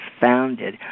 founded